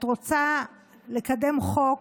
את רוצה לקדם חוק